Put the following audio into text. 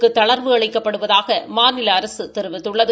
முதல் தளள்வு அளிக்கப்படுவதாக மாநில அரசு தெரிவித்துள்ளது